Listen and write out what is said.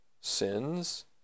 sins